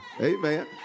Amen